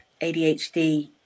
ADHD